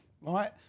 right